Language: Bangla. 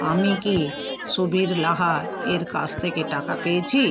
আমি কি সুবীর লাহা এর কাছ থেকে টাকা পেয়েছি